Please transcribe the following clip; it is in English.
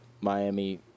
Miami